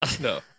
No